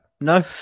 no